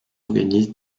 organise